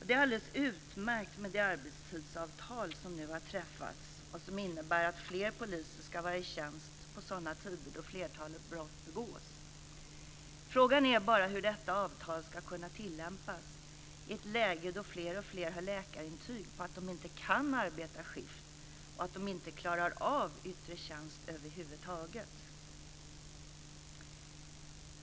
Det är alldeles utmärkt med det arbetstidsavtal som nu har träffats som innebär att fler poliser ska vara i tjänst vid sådana tider då flertalet brott begås. Frågan är bara hur detta avtal ska kunna tillämpas i ett läge då fler och fler har läkarintyg på att de inte kan arbeta skift och att de inte klarar av yttre tjänst över huvud taget.